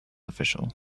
official